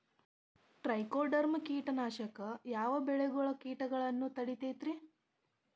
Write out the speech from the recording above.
Trichoderma ಕೇಟನಾಶಕ ಯಾವ ಬೆಳಿಗೊಳ ಕೇಟಗೊಳ್ನ ತಡಿತೇತಿರಿ?